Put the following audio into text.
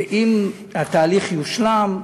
ואם התהליך יושלם,